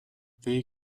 they